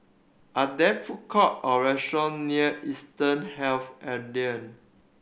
are there food courts or restaurants near Eastern Health